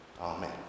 Amen